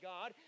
God